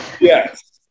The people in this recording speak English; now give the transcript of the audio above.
Yes